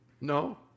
No